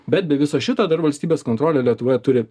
bet be viso šito dar valstybės kontrolė lietuvoje turi